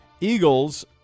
Eagles